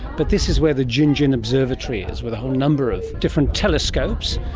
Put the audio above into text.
but this is where the gingin observatory is, with a whole number of different telescopes.